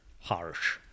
harsh